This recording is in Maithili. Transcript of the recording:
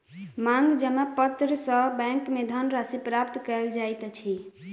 मांग जमा पत्र सॅ बैंक में धन राशि प्राप्त कयल जाइत अछि